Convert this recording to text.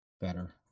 better